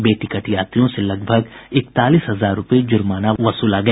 बेटिकट यात्रियों से लगभग इकतालीस हजार रुपये जुर्माना वसूला गया